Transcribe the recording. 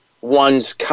one's